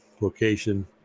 Location